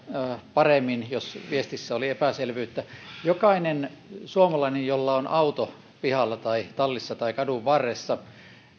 paremmin jos viestissä oli epäselvyyttä jokainen suomalainen jolla on auto pihalla tai tallissa tai kadunvarressa